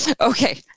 okay